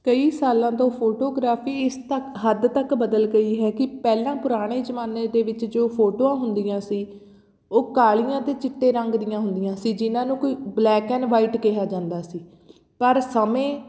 ਕਈ ਸਾਲਾਂ ਤੋਂ ਫੋਟੋਗ੍ਰਾਫੀ ਇਸ ਤੱਕ ਹੱਦ ਤੱਕ ਬਦਲ ਗਈ ਹੈ ਕਿ ਪਹਿਲਾਂ ਪੁਰਾਣੇ ਜ਼ਮਾਨੇ ਦੇ ਵਿੱਚ ਜੋ ਫੋਟੋਆਂ ਹੁੰਦੀਆਂ ਸੀ ਉਹ ਕਾਲੀਆਂ ਅਤੇ ਚਿੱਟੇ ਰੰਗ ਦੀਆਂ ਹੁੰਦੀਆਂ ਸੀ ਜਿਹਨਾਂ ਨੂੰ ਕੋਈ ਬਲੈਕ ਐਂਡ ਵਾਈਟ ਕਿਹਾ ਜਾਂਦਾ ਸੀ ਪਰ ਸਮੇਂ